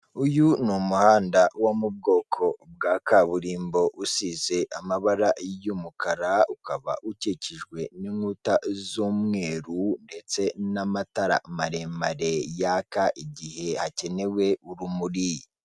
Uyu ni umuhanda wo mu bwoko bwa kaburimbo usize amabara y'umukara ukaba ukikijwe n'inkuta z'umweru ndetse n'amatara maremare yaka igihe hakenewe urumuri.